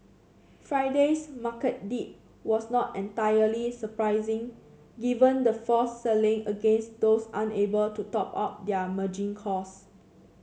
Friday's market dip was not entirely surprising given the forced selling against those unable to top up their margin calls